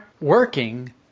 working